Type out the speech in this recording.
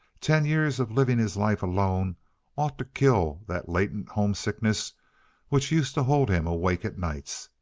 ten years of living his life alone ought to kill that latent homesickness which used to hold him awake at nights.